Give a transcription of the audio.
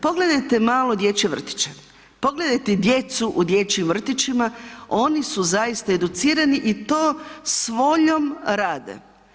Pogledajte malo dječje vrtiće, pogledajte djecu u dječjim vrtićima, oni su zaista educirani i to s voljom rade.